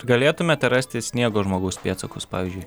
ar galėtumėte rasti sniego žmogaus pėdsakus pavyzdžiui